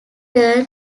turn